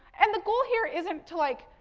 and, the goal here isn't to like,